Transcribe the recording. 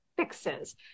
fixes